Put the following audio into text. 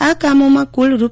આ કામોમાં કુલ રો